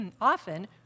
often